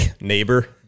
Neighbor